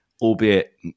albeit